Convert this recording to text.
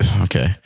Okay